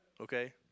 Okay